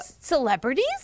Celebrities